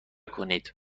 کنید